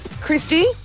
Christy